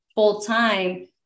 full-time